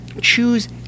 choose